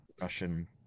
russian